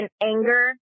anger